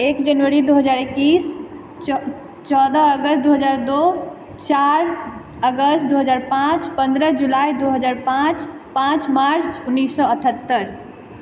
एक जनवरी दू हजार एकैस चौदह अगस्त दू हजार दू चार अगस्त दू हजार पाँच पन्द्रह जुलाइ दू हजार पाँच पाँच मार्च उन्नैस सए अठहत्तरि